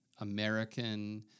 American